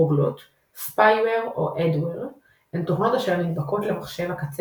רוגלות – Spyware/Adware – הן תוכנות אשר 'נדבקות' למחשב הקצה